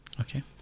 Okay